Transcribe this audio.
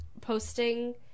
posting